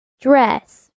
Dress